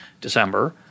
December